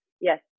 yes